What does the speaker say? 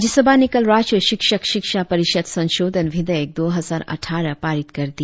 राज्यसभा ने कल राष्ट्रीय शिक्षक शिक्षा परिषद संसोधन विधेयक दो हजार अटठारह पारित कर दिया